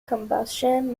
combustion